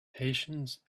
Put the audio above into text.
patience